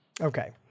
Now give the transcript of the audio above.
okay